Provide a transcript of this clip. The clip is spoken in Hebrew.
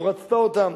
לא רצתה אותם,